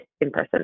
in-person